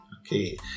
okay